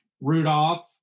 Rudolph